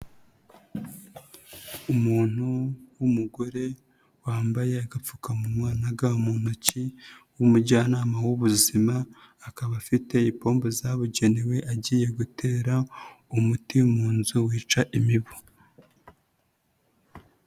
Umuntu w'umugore wambaye agapfukamunwa na ga mu ntoki w'umujyanama w'ubuzima, akaba afite ipombo zabugenewe agiye gutera umuti mu nzu wica imibu.